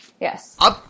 yes